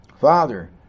Father